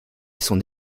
son